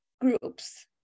groups